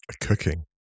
cooking